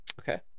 Okay